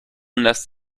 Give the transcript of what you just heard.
lässt